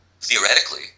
theoretically